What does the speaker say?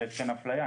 שיש כאן אפליה,